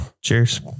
cheers